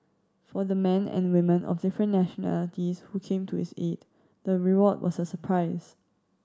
for the men and women of different nationalities who came to his aid the reward was a surprise